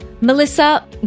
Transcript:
Melissa